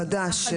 החדש.